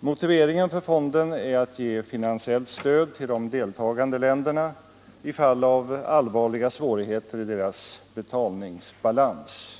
Motiveringen för fonden är att ge finansiellt stöd till de deltagande länderna i fall av allvarliga svårigheter i deras betalningsbalans.